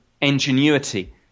ingenuity